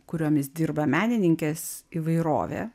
kuriomis dirba menininkės įvairovė